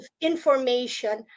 information